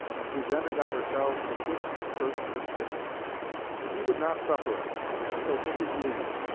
and presented ourselves to kiss the skirt of his tippet but he would not suffer us and so took his leave.